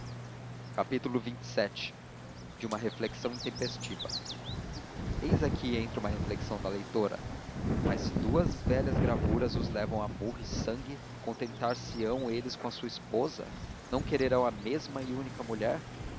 perpétua amizade xxvii de uma reflexão intempestiva eis aqui entra uma reflexão da leitora mas se duas velhas gravuras os levam a murro e sangue contentar se ão eles com a sua esposa não quererão a mesma e única mulher